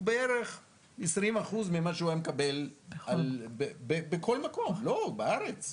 הוא בערך 20% ממה שהוא היה מקבל בכל מקום בארץ,